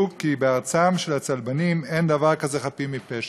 כי בארצם של הצלבנים אין דבר כזה חפים מפשע.